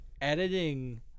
editing